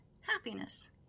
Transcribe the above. happiness